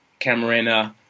Camarena